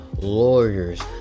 lawyers